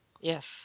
Yes